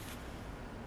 ya